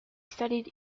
studied